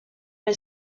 est